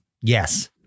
Yes